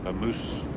um loose.